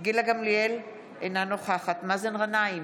גילה גמליאל, אינה נוכחת מאזן גנאים,